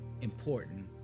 important